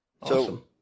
Awesome